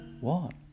What